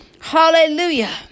Hallelujah